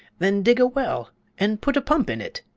then dig a well and put a pump in it,